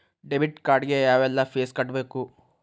debit card ಗೆ ಯಾವ್ಎಲ್ಲಾ fees ಕಟ್ಬೇಕು